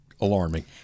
alarming